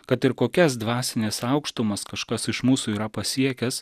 kad ir kokias dvasines aukštumas kažkas iš mūsų yra pasiekęs